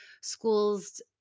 schools